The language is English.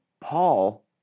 Paul